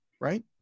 right